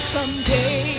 Someday